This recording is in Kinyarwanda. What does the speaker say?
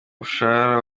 umushahara